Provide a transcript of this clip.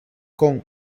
con